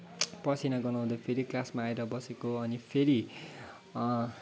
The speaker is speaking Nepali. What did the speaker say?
पसिना गनाउँदै फेरि क्लासमा आएर बसेको अनि फेरि